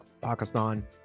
Pakistan